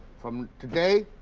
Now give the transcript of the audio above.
from today,